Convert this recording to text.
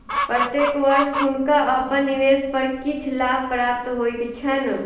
प्रत्येक वर्ष हुनका अपन निवेश पर किछ लाभ प्राप्त होइत छैन